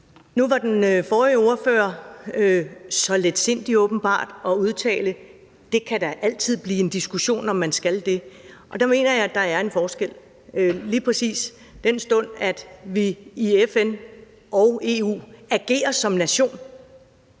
Nu var den forrige ordfører åbenbart så letsindig at udtale: Det kan da altid blive en diskussion, om man skal det. Der mener jeg, at der er en forskel, lige præcis al den stund at vi i FN og EU agerer som nation.